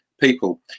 people